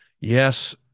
Yes